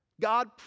God